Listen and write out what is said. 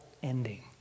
ending